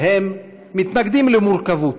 הם מתנגדים למורכבות.